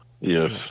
Yes